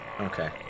Okay